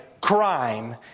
crime